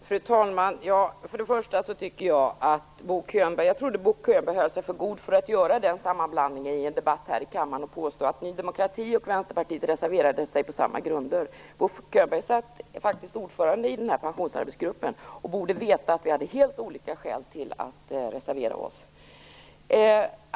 Fru talman! Jag trodde att Bo Könberg höll sig för god för att göra den sammanblandningen i en debatt och påstå att Ny demokrati och Vänsterpartiet reserverade sig på samma grunder. Bo Könberg satt faktiskt ordförande i pensionsarbetsgruppen och borde veta att vi hade helt olika skäl till att reservera oss.